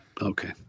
Okay